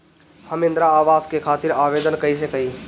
हम इंद्रा अवास के खातिर आवेदन कइसे करी?